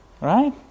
right